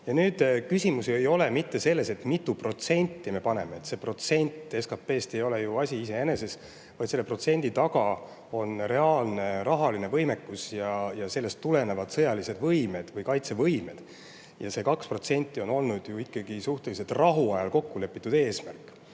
Ja küsimus ei ole ju mitte selles, mitu protsenti me sinna paneme, sest see protsent SKP-st ei ole ju asi iseeneses, vaid selle protsendi taga on reaalne rahaline võimekus ja sellest tulenevad sõjalised võimed või kaitsevõimed. See 2% on olnud ju ikkagi suhteliselt rahu ajal kokku lepitud eesmärk,